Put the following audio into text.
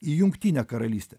į jungtinę karalystę